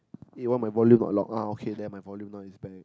eh why my volume not loud ah okay now my volume is back